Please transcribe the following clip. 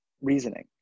reasoning